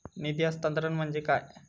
निधी हस्तांतरण म्हणजे काय?